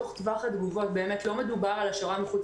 בתוך טווח התגובות לא מדובר על השארה מחוץ